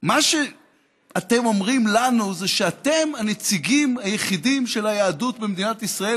מה שאתם אומרים לנו זה שאתם הנציגים היחידים של היהדות במדינת ישראל,